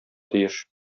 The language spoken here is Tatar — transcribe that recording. тиеш